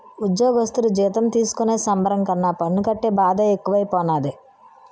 ఉజ్జోగస్థులు జీతం తీసుకునే సంబరం కన్నా పన్ను కట్టే బాదే ఎక్కువైపోనాది